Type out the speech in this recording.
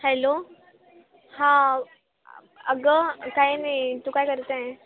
hello हां अगं काय नाही तू काय करत आहे